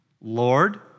Lord